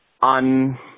on